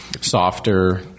softer